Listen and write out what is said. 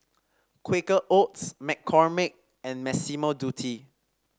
Quaker Oats McCormick and Massimo Dutti